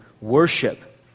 worship